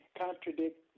contradict